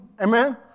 Amen